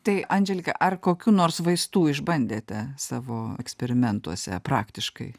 tai anželika ar kokių nors vaistų išbandėte savo eksperimentuose praktiškai